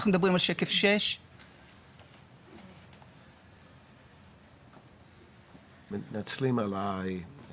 מדברת על שקף 6. מה שאפשר לראות בחלק העליון של השקף,